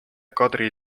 kadri